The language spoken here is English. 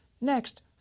Next